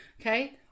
okay